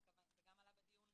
כי זה נכלל בהגדרות.